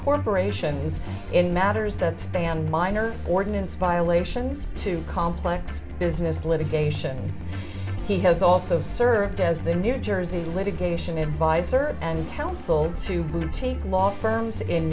corporations in matters that stand minor ordinance violations to complex business litigation he has also served as the new jersey litigation adviser and counsel to boutique law firms in